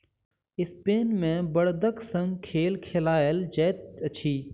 Spain मे बड़दक संग खेल खेलायल जाइत अछि